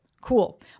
Cool